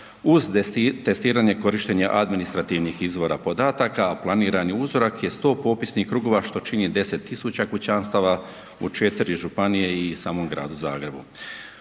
uz testiranje korištenje administrativnih izvora podataka, a planirani uzorak je 100 popisnih krugova što čini 10.000 kućanstava u 4 županije i samom Gradu Zagrebu.